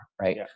Right